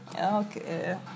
Okay